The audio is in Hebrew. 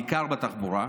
בעיקר בתחבורה,